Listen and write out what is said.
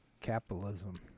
capitalism